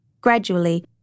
Gradually